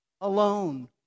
alone